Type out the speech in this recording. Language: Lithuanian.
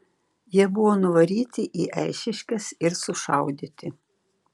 jie buvo nuvaryti į eišiškes ir sušaudyti